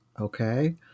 okay